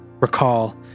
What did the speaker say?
recall